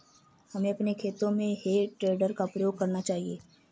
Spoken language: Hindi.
हमें अपने खेतों में हे टेडर का प्रयोग करना चाहिए